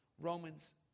Romans